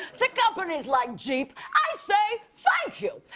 to companies like jeep i say, thank you.